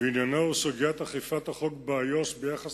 ועניינו הוא סוגיית אכיפת החוק באיו"ש ביחס